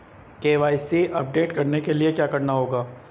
KYC update करने के लिए क्या करना होगा?